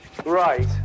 Right